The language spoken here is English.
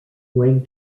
wen